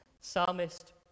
psalmist